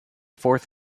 fourth